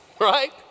right